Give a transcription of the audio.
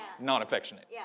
non-affectionate